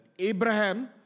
Abraham